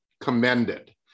commended